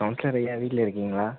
councillor ஐயா வீட்டில் இருக்கிங்களா